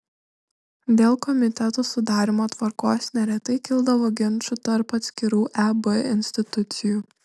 dėl komitetų sudarymo tvarkos neretai kildavo ginčų tarp atskirų eb institucijų